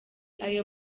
ayo